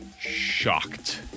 shocked